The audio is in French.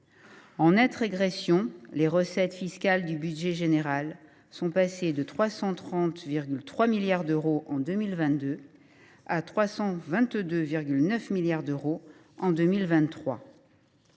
En nette régression, les recettes fiscales du budget général sont passées de 330,3 milliards d’euros en 2022 à 322,9 milliards d’euros en 2023.